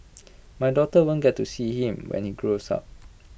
my daughter won't get to see him when she grows up